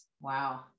Wow